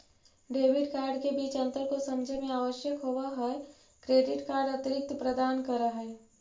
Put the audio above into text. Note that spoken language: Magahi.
डेबिट कार्ड के बीच अंतर को समझे मे आवश्यक होव है क्रेडिट कार्ड अतिरिक्त प्रदान कर है?